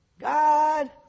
God